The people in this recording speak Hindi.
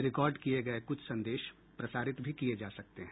रिकार्ड किए गए कुछ संदेश प्रसारित भी किए जा सकते हैं